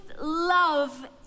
love